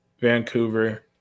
Vancouver